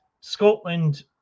Scotland